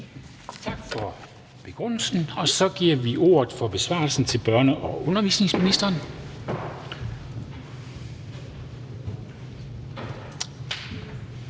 Tak for begrundelsen. Så giver vi ordet for besvarelsen til børne- og undervisningsministeren.